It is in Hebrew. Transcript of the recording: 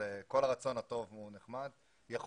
כל הרצון הטוב הוא נחמד, אבל זה לא יצא.